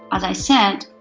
as i said,